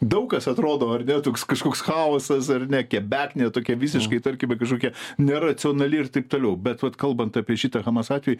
daug kas atrodo ar ne toks kažkoks chaosas ar ne kebeknė tokia visiškai tarkime kažkokia neracionali ir taip toliau bet vat kalbant apie šitą hamas atvejį